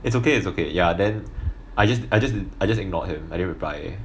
it's okay it's okay ya then I just I just I just ignored him I didn't reply